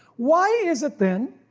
why is it then,